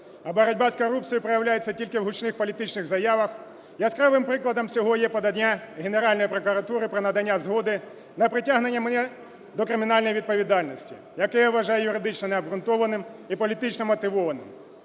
А боротьба з корупцією проявляється тільки в гучних політичних заявах. Яскравим прикладом цього є подання Генеральної прокуратури про надання згоди на притягнення мене до кримінальної відповідальності, яке я вважаю юридично необґрунтованим і політично вмотивованим.